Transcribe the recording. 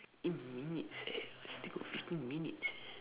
eight minutes eh still got fifteen minutes eh